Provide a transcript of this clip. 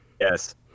Yes